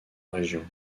région